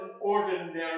ordinary